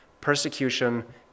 persecution